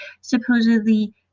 supposedly